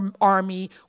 army